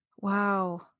Wow